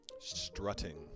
Strutting